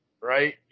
right